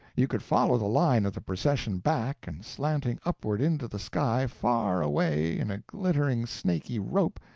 you could follow the line of the procession back, and slanting upward into the sky, far away in a glittering snaky rope,